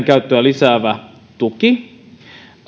käyttöä lisäävä tuki